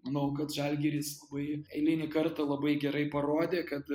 manau kad žalgiris labai eilinį kartą labai gerai parodė kad